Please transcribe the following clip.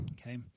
okay